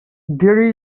there